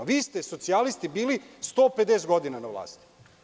Vi ste socijalisti bili 150 godina na vlasti.